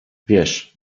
wiesz